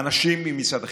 האנשים ממשרד החינוך,